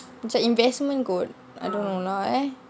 macam investment kot I don't know lah eh